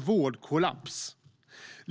vårdkollaps.